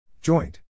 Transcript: Joint